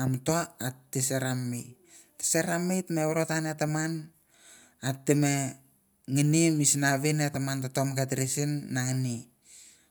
am mi to tete ser ra nemei. Tete ser ra nemei, teme vorotan eh taman, ateh me ngini misana vien eh taman ta tomke tiri sin na ngini.